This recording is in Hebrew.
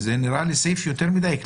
זה נראה לי סעיף כללי מדי.